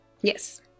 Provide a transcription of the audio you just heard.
Yes